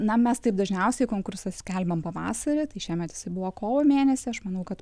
na mes taip dažniausiai konkursą skelbiam pavasarį tai šiemet jisai buvo kovo mėnesį aš manau kad